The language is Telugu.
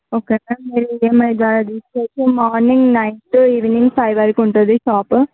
ఓకే మేడం మీరు ఏమన్నా విజిట్ అయితే morning nine to evening five వరకు ఉంటుంది షాపు